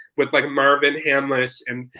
with like marvin hamlisch and.